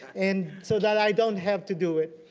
and so that i don't have to do it.